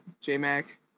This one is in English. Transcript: J-Mac